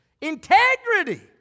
integrity